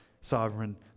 sovereign